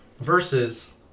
versus